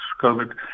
COVID